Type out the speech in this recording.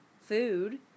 food